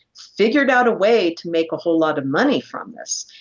figured out a way to make a whole lot of money from this.